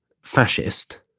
fascist